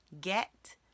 get